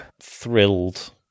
thrilled